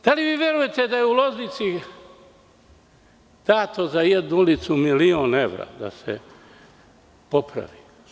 Da li vi verujete da je u Loznici dato za jednu ulicu milion evra da se popravi?